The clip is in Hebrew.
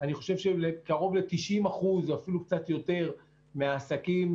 בלי התאמות מסוימות שבעלי העסקים מבקשים,